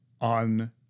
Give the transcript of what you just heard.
on